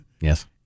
Yes